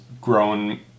grown